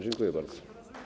Dziękuję bardzo.